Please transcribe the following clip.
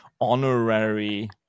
honorary